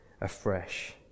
afresh